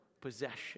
possession